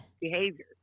behavior